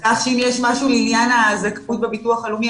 אשמח להתייחס לעניין הזכאות בביטוח לאומי,